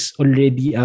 already